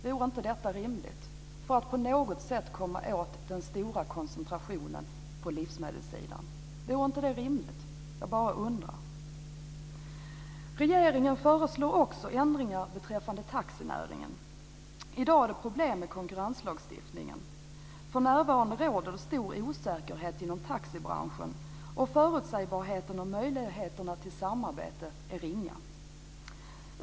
Vore det inte rimligt, för att på något sätt komma åt den stora koncentrationen på livsmedelssidan? Jag bara undrar. Regeringen föreslår också ändringar beträffande taxinäringen. I dag är det problem med konkurrenslagstiftningen. För närvarande råder stor osäkerhet inom taxibranschen. Förutsägbarheten och möjligheterna till samarbete är ringa.